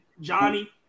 Johnny